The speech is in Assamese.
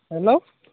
হেল্ল'